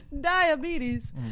diabetes